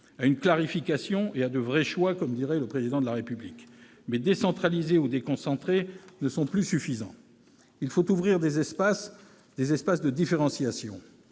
à une « clarification » et à de « vrais choix », comme le dirait le Président de la République. Mais décentraliser ou déconcentrer ne sont plus suffisants, il faut ouvrir des espaces, des espaces de différenciation.